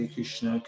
Krishna